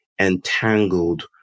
entangled